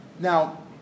Now